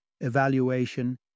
evaluation